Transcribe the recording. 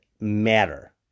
matter